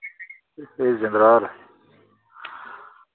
एह् जंदराह्